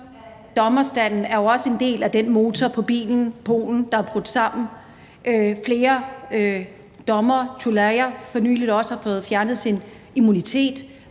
dommerstanden også er del af den motor på bilen/Polen, der er brudt sammen. Flere dommere – f.eks. har Tuleya for nylig fået fjernet sin immunitet